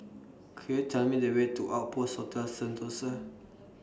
Could YOU Tell Me The Way to Outpost of Sentosa